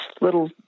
little